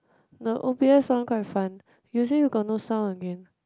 the O_B_S one quite fun you got no sound again